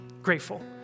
grateful